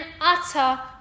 utter